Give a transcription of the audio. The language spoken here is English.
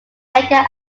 edgar